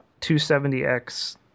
270X